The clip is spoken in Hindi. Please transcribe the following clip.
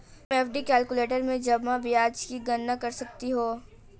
तुम एफ.डी कैलक्यूलेटर में जमा ब्याज की गणना कर सकती हो